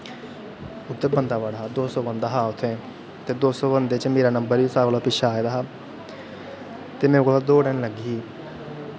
उत्थै बंदा बड़ा हा उत्थै दो सौ बंदा हा ते दो सौ बंदें च मेरा नंबर सारें कोला दा पिच्छें आए दा हा ते मेरे कोला दा दौड़ निं लग्गी ही